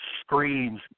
screams